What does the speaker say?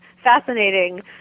Fascinating